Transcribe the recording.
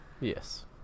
Yes